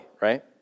right